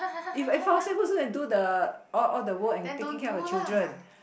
if I fall sick who's gonna do all the all all the work and taking care of the children